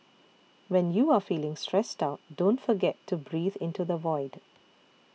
when you are feeling stressed out don't forget to breathe into the void